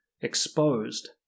exposed